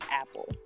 Apple